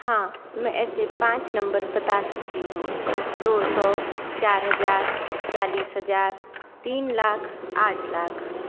हाँ मैं ऐसे पाँच नम्बर बता सकती हूँ दो सौ चार हज़ार चालीस हज़ार तीन लाख आठ लाख